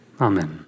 Amen